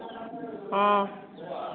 ह्म्म